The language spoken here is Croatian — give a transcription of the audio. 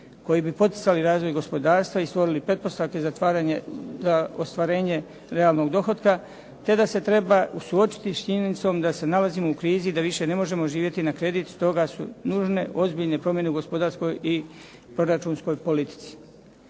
koji bi poticali razvoj gospodarstva i stvorili pretpostavke za ostvarenje realnog dohotka, te da se treba suočiti s činjenicom da se nalazimo u krizi i da više ne možemo živjeti na kredit. Stoga su nužne ozbiljne promjene u gospodarskoj i proračunskoj politici.